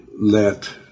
let